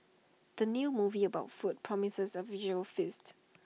the new movie about food promises A visual feast